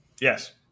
Yes